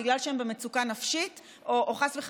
בגלל שהם במצוקה נפשית,